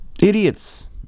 Idiots